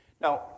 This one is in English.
Now